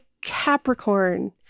Capricorn